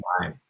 Right